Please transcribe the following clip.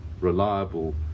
reliable